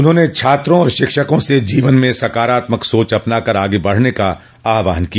उन्होंने छात्रों और शिक्षकों से जीवन में सकारात्मक सोच अपनाकर आगे बढ़ने का आहवान किया